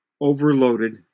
overloaded